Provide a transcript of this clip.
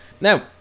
now